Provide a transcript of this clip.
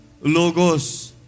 Logos